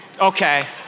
Okay